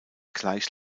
gleich